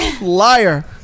Liar